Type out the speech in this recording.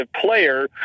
player